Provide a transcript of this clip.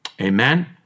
Amen